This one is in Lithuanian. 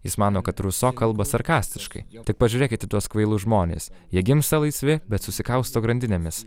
jis mano kad ruso kalba sarkastiškai tik pažiūrėkit į tuos kvailus žmones jie gimsta laisvi bet susikausto grandinėmis